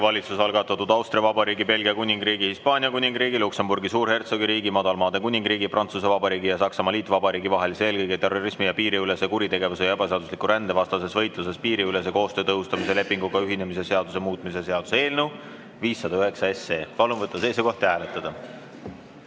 Valitsuse algatatud Austria Vabariigi, Belgia Kuningriigi, Hispaania Kuningriigi, Luksemburgi Suurhertsogiriigi, Madalmaade Kuningriigi, Prantsuse Vabariigi ja Saksamaa Liitvabariigi vahelise eelkõige terrorismi-, piiriülese kuritegevuse ja ebaseadusliku rände vastases võitluses piiriülese koostöö tõhustamise lepinguga ühinemise seaduse muutmise seaduse eelnõu 509. Palun võtta seisukoht ja hääletada!